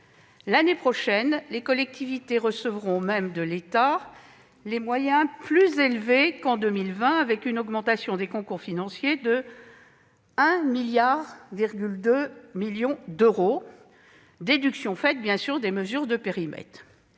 L'année prochaine, les collectivités recevront même de l'État des moyens plus élevés qu'en 2020, avec une augmentation des concours financiers de 1,2 milliard d'euros, déduction faite des mesures de périmètre.